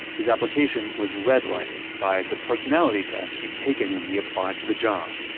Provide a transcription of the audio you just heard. his application was red-lighted by the personality tests he'd taken when he applied for the job.